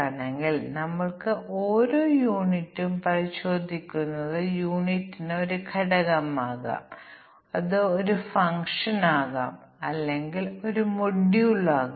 അതിനാൽ ഇവിടെ ആവശ്യമായ ടെസ്റ്റ് കേസുകളുടെ എണ്ണം വളരെ കുറവായിരിക്കും കാരണം ഞങ്ങൾക്ക് 1 0 1 0 1 0 1 മുതലായവ പോലുള്ള ടെസ്റ്റ് കേസുകൾ ഉണ്ടായേക്കാം